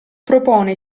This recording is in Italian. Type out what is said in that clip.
propone